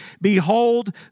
Behold